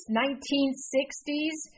1960s